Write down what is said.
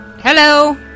Hello